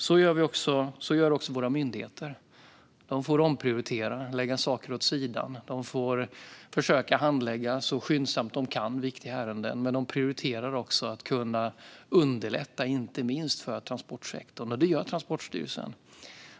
Så gör också våra myndigheter. De får omprioritera och lägga saker åt sidan. De får försöka att handlägga viktiga ärenden så skyndsamt de kan. Men de prioriterar också att underlätta inte minst för transportsektorn. Det gör Transportstyrelsen.